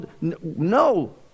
No